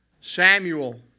Samuel